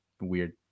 weird